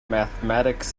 mathematics